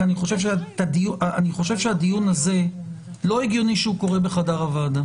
כי אני חושב שלא הגיוני שהדיון הזה קורה בחדר הוועדה.